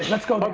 let's go like